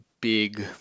big